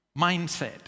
mindset